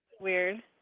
weird